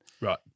Right